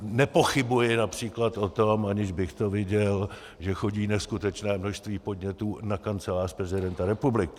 Nepochybuji například o tom, aniž bych to viděl, že chodí neskutečné množství podnětů na Kancelář prezidenta republiky.